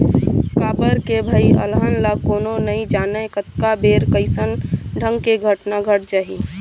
काबर के भई अलहन ल कोनो नइ जानय कतका बेर कइसन ढंग के घटना घट जाही